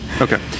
Okay